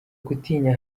gutinya